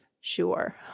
sure